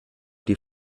die